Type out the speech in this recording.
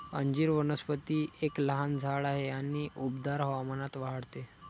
अंजीर वनस्पती एक लहान झाड आहे आणि उबदार हवामानात वाढते